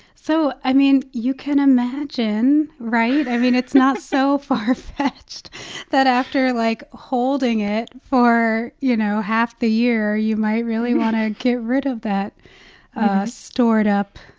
so i mean, you can imagine, right? i mean, it's not so far-fetched that after, like, holding it for, you know, half the year, you might really want to get rid of that stored up,